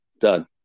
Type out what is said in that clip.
Done